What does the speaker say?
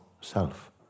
self